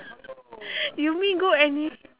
you mean go any